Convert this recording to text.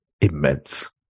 immense